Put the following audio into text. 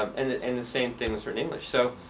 um and the and the same thing is for and english. so,